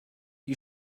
you